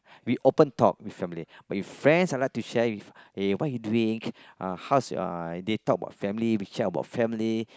we open talk with family but with friends I like to share if eh what you doing uh how's uh they talk about family we share about family